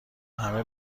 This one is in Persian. همه